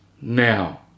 now